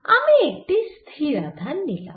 আমি একটি স্থির আধান নিলাম